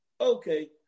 okay